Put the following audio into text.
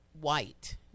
white